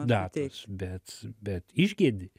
datos bet bet išgedi